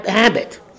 habit